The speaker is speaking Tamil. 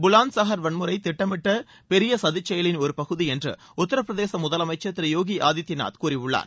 புலந்து சாகர் வன்முறை திட்டமிட்ட பெரிய கதிச்செயலின் ஒரு பகுதி என்று உத்திரப்பிரதேச முதலமைச்சா் திரு யோகி ஆதித்யநாத் கூறியுள்ளார்